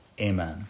Amen